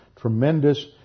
tremendous